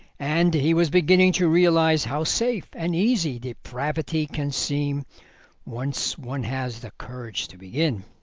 and he was beginning to realise how safe and easy depravity can seem once one has the courage to begin.